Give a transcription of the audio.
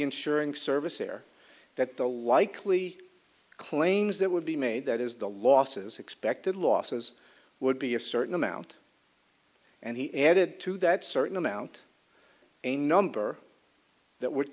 there that the likely claims that would be made that is the losses expected losses would be a certain amount and he added to that certain amount a number that would